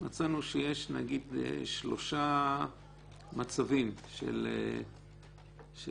מצאנו שיש נגיד שלושה מצבים של טייסים.